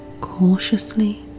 Cautiously